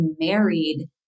married